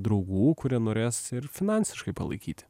draugų kurie norės ir finansiškai palaikyti